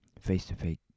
face-to-face